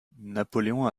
napoléon